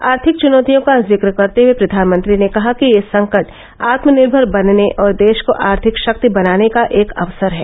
आर्थिक चुनौतियों का जिक्र करते हए प्रधानमंत्री ने कहा कि यह संकट आत्मनिर्भर बनने और देश को आर्थिक शक्ति बनाने का एक अवसर है